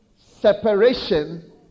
separation